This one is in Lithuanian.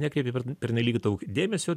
nekreipė pernelyg daug dėmesio